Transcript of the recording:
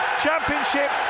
championship